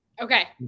okay